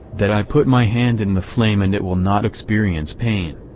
that i put my hand in the flame and it will not experience pain.